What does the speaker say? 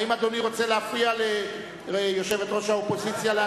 האם אדוני רוצה להפריע ליושבת-ראש האופוזיציה?